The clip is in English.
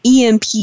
EMP